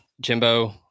Jimbo